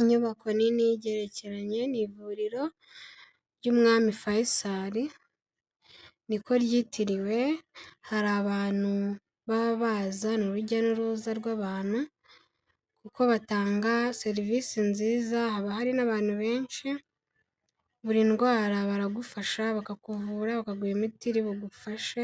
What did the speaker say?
Inyubako nini igerekeranye, n'ivuriro ry'umwami fayisari, niko ryitiriwe, hari abantu baba baza ni urujya n'uruza rw'abantu, kuko batanga serivisi nziza haba hari n'abantu benshi, buri ndwara baragufasha bakakuvura bakaguha imiti iri bugufashe